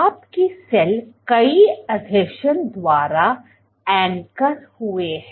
आपकी सेल कई आसंजन द्वारा एंकर anchor हुए है